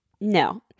no